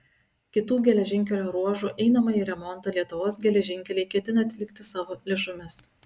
kitų geležinkelio ruožų einamąjį remontą lietuvos geležinkeliai ketina atlikti savo lėšomis